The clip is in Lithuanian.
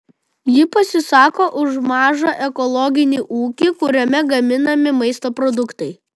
ji pasisako už mažą ekologinį ūkį kuriame gaminami maisto produktai